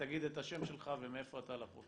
רק תגיד את השם שלך ומאיפה אתה, לפרוטוקול.